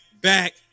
back